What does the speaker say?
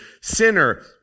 Sinner